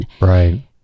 Right